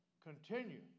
continue